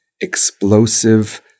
explosive